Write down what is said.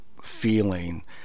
Feeling